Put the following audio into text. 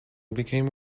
became